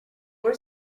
were